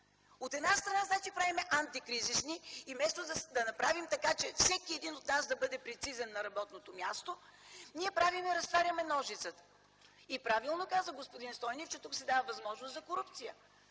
От една страна, правим антикризисни и вместо да направим, така че всеки един от нас да бъде прецизен на работното място, ние разтваряме ножицата. И правилно каза господин Стойнев, че тук се дава възможност за корупция